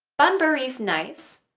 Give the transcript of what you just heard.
banbury's nice,